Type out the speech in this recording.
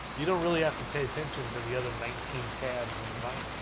you don't really have to pay attention to the ah the nineteen tabs in the binder.